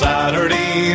Saturday